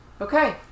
Okay